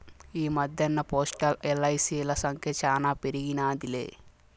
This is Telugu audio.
ఈ మద్దెన్న పోస్టల్, ఎల్.ఐ.సి.ల సంఖ్య శానా పెరిగినాదిలే